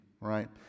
right